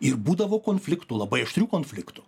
ir būdavo konfliktų labai aštrių konfliktų